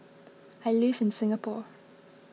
I live in Singapore